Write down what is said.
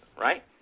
right